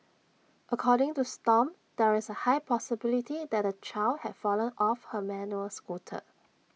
according to stomp there is A high possibility that the child had fallen off her manual scooter